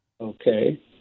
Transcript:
Okay